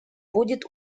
будет